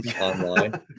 online